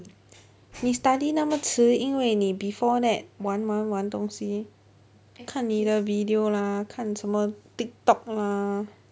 你 study 那么迟因为你 before that 玩玩玩东西看你的 video lah 看什么 tiktok lah